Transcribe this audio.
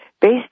based